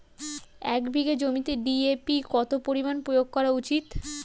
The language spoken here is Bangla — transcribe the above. এক বিঘে জমিতে ডি.এ.পি কত পরিমাণ প্রয়োগ করা উচিৎ?